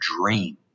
dream